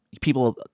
people